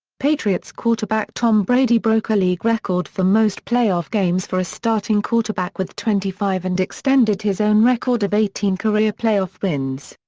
patriots quarterback tom brady broke a league record for most playoff games for a starting quarterback with twenty five and extended his own record of eighteen career playoff wins.